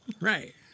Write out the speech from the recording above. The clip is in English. Right